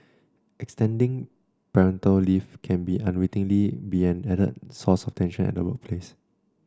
extending parental leave can unwittingly be an added source of tension at the workplace